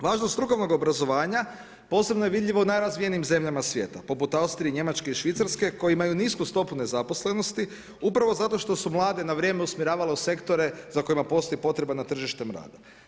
Važnost strukovnog obrazovanja, posebno je vidljivo i u najrazvijenijim zemljama svijeta, poput Austrije, Njemačke i Švicarske, koji imaju nisku stopu nezaposlenosti, upravo zato što su mladi na vrijeme usmjeravalo u sektore za kojima postoji potreba na tržištem rada.